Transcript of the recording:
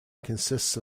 consists